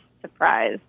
surprise